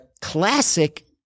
classic